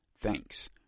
Thanks